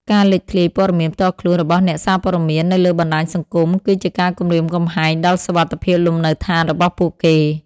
ការលេចធ្លាយព័ត៌មានផ្ទាល់ខ្លួន របស់អ្នកសារព័ត៌មាននៅលើបណ្តាញសង្គម គឺជាការគំរាមកំហែងដល់សុវត្ថិភាពលំនៅដ្ឋានរបស់ពួកគេ។